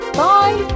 bye